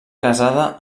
casada